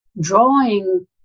drawing